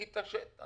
יתעשת.